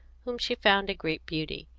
whom she found a great beauty.